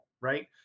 right